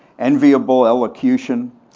enviable elocution,